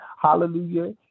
Hallelujah